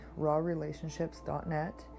rawrelationships.net